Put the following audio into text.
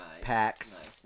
packs